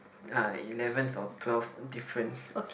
uh eleventh or twelfth difference